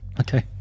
Okay